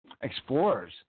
Explorers